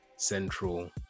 Central